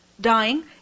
dying